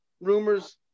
rumors